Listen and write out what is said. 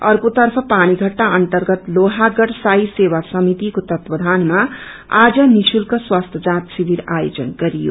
अर्को तर्फ पानीषट्टा अर्न्तगत लोहागढ़ साई सेवा समितिको तत्वावर्षानमा आज निश्चल्क स्वास्थ्य जाँच शिविर आयोजन गरियो